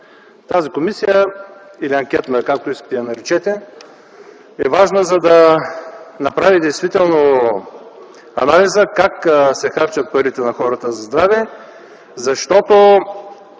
Тази комисия – анкетна, или както искате я наречете, е важна, за да направи действително анализът за това как се харчат парите на хората за здраве, защото,